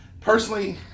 personally